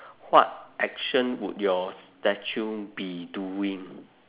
what action would your statue be doing